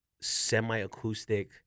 semi-acoustic